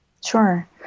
Sure